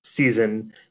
season